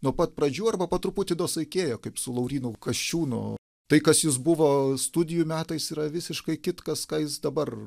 nuo pat pradžių arba po truputį dosaikėjo kaip su laurynu kasčiūnu tai kas jis buvo studijų metais yra visiškai kitkas ką jis dabar